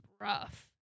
rough